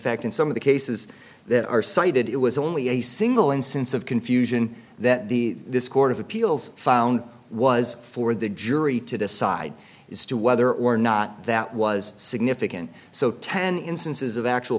fact in some of the cases that are cited it was only a single instance of confusion that the this court of appeals found was for the jury to decide is to whether or not that was significant so ten instances of actual